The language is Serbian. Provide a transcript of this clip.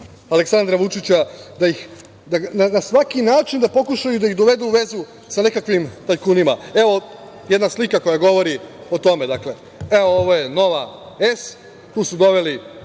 Aleksandra Vučića, na svaki način da pokušaju da ih dovedu u vezu sa nekakvim tajkunima. Evo jedna slika koja govori o tome. Dakle, ovo je „Nova S“, tu su doveli